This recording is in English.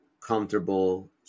comfortable